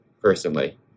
personally